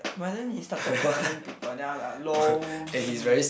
but then he started burning people then I'm like lolzy